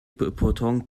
pourtant